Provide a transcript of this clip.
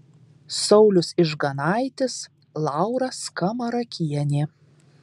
saulius ižganaitis laura skamarakienė